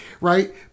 Right